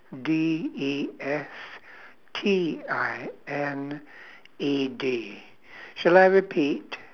D E S T I N E D shall I repeat